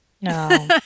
No